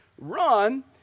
run